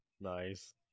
nice